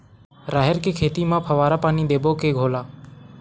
राहेर के खेती म फवारा पानी देबो के घोला?